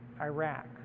Iraq